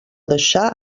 deixar